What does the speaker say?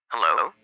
Hello